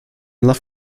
love